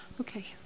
Okay